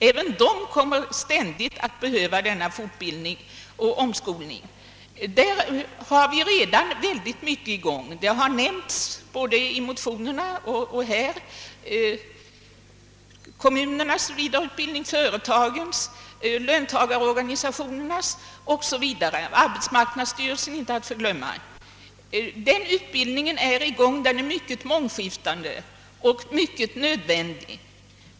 även de kommer alltid att behöva denna fortbildning och omskolning. På detta område har vi redan mycketi gång. Både i motionerna och här i kammaren har man nämnt kommunernas, företagens och löntagarorganisationernas vidareutbildning, arbetsmarknadsstyrelsens inte att förglömma. Denna utbildningsverksamhet pågår, och den är mycket mångskiftande och mycket nödvändig.